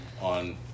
on